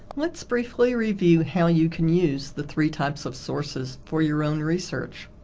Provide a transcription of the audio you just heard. let's briefly review how you can use the three types of sources for your own research.